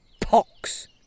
pox